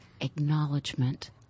acknowledgement